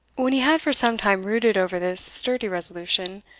when he had for some time brooded over this sturdy resolution,